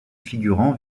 figurant